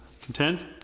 Content